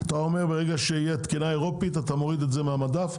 אתה אומר ברגע שתהיה תקינה אירופאית אתה מוריד את זה מהמדף,